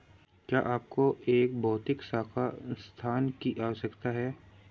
क्या आपको एक भौतिक शाखा स्थान की आवश्यकता है?